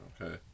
Okay